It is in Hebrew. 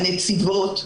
הנציבות,